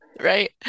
Right